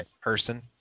person